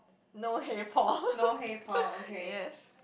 no yes